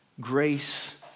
Grace